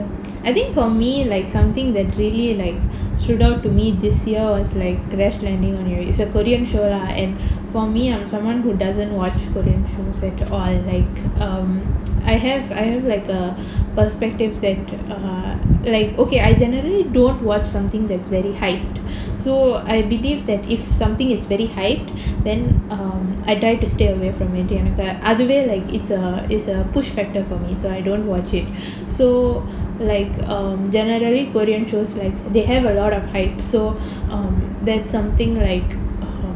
I think for me like something that really like stood out to me this year was like crash landing on you is a korean show lah and for me I'm someone who doesn't watch korean shows at all like err I have I have like a perspective that err like okay I generally don't watch something that's very hyped so I believe that if something it's very hype then um I try to stay away from it but அதுவே எனக்கு:athuvae enakku it's a it's a push factor for me so I don't watch it so like um generally korean shows like they have a lot of hype so um that something like